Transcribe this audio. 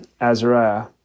Azariah